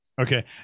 Okay